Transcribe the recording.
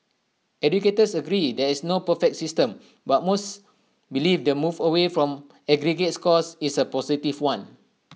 educators agree there is no perfect system but most believe their move away from aggregate scores is A positive one